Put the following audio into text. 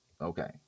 okay